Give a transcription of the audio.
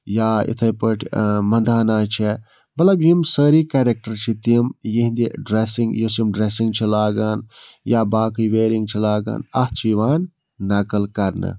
یا اِتھَے پٲٹھۍ مَندانا چھےٚ مطلب یِم سٲری کریکٹَر چھِ تِم یِہِنٛدِ ڈریسِنٛگ یۄس یِم ڈریسِنٛگ چھِ لاگان یا باقٕے ویرِنٛگ چھِ لاگان اَتھ چھِ یِوان نقٕل کَرنہٕ